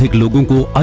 like local ah